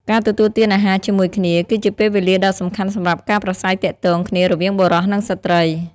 ការទទួលទានអាហារជាមួយគ្នា គឺជាពេលវេលាដ៏សំខាន់សម្រាប់ការ ប្រាស្រ័យទាក់ទងគ្នារវាងបុរស និងស្ត្រី។